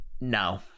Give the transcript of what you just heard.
no